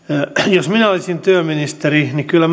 jos minä olisin työministeri niin kyllä